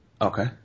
Okay